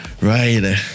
Right